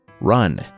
Run